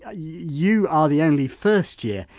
ah you are the only first year,